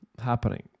happening